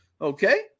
Okay